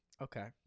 Okay